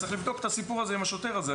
צריך לבדוק את הסיפור הזה עם השוטר הזה.